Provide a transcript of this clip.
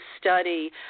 study